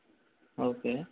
okay